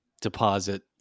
deposit